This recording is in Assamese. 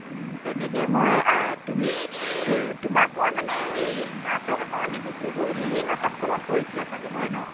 তেনেকে মই তুমি তোমাক মই মানে হেৰি নাটক এখনত দেখিছিলোঁ বৈদেহী নাটকখনত কৰিছিলা চাগে হয় ন